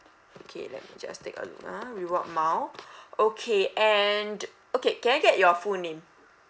okay let me just take a look ah reward mile okay and okay can I get your full name